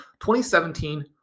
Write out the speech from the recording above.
2017